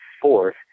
fourth